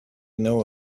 know